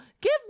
Give